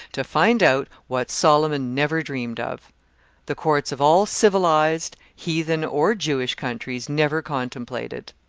to find out what solomon never dreamed of the courts of all civilised, heathen, or jewish countries, never contemplated.